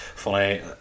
funny